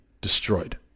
destroyed